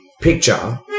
picture